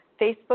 Facebook